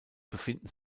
befinden